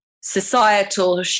societal